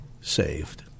saved